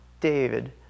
David